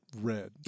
red